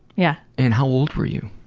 yeah. and how old were you?